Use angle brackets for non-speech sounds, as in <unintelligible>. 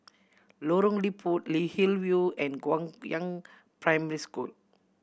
Lorong Liput <unintelligible> Hillview and Guangyang Primary School